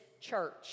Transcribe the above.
church